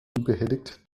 unbeteiligt